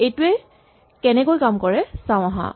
এইটোৱে কেনেকৈ কাম কৰে চাওঁ আহা